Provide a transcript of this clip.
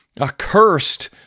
Accursed